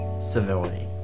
civility